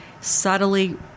subtly